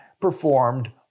performed